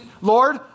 Lord